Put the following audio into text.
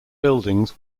buildings